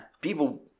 people